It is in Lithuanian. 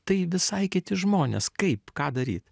tai visai kiti žmonės kaip ką daryt